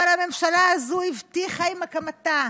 אבל הממשלה הזו הבטיחה, עם הקמתה